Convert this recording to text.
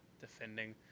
defending